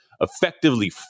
effectively